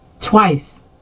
twice